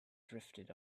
drifted